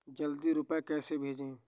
जल्दी रूपए कैसे भेजें?